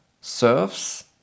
serves